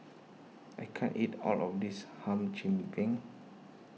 I can't eat all of this Hum Chim Peng